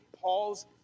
Paul's